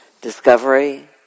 Discovery